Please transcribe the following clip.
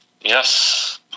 Yes